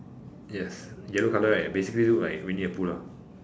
yes yellow colour right basically look like Winnie the Pooh lah